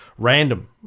Random